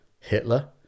hitler